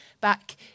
Back